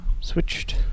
switched